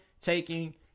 taking